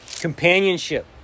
companionship